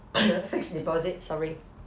fixed deposit sorry